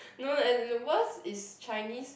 no no and the worst is Chinese